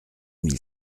mille